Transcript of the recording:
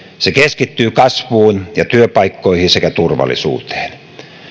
se keskittyy kasvuun ja työpaikkoihin sekä turvallisuuteen